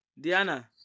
Diana